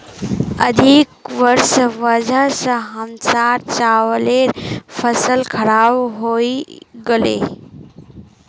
अधिक वर्षार वजह स हमसार चावलेर फसल खराब हइ गेले